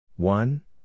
One